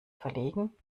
verlegen